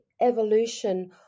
evolution